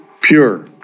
pure